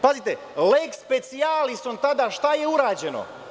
Pazite leks specijalisom tada šta je urađeno.